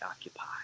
occupy